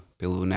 pelo